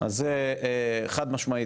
אז חד-משמעית,